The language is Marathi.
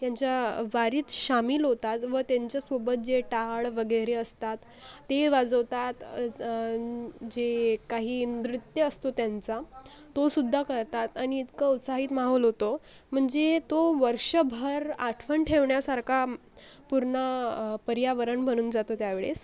ह्यांच्या वारीत सामील होतात व त्यांच्यासोबत जे टाळ वगेरे असतात ते वाजवतात जे काही नृत्य असतो त्यांचा तोसुद्धा करतात आणि इतका उत्साहित माहोल होतो म्हणजे तो वर्षभर आठवण ठेवण्यासारखा पूर्ण पर्यावरण बनून जातो त्यावेळेस